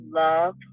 love